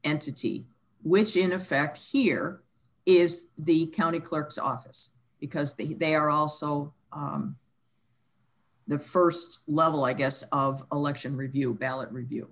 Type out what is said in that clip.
entity which in effect here is the county clerk's office because the they are also the st level i guess of election review ballot review